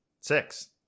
Six